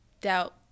doubt